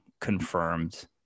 confirmed